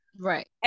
right